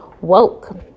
woke